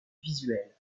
visuel